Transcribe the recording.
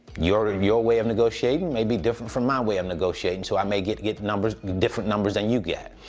your ah your way of negotiating may be different from my way of um negotiating. so i may get get numbers different numbers than you get.